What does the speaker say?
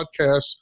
podcasts